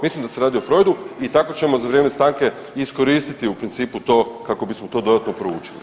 Mislim da se radi o Freudu i tako ćemo za vrijeme stanke iskoristiti u principu to kako bismo to dodatno proučili.